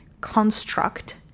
construct